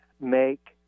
make